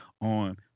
on